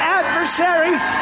adversaries